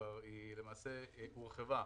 למעשה הורחבה.